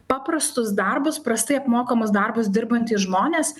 paprastus darbus prastai apmokamus darbus dirbantys žmonės